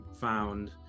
found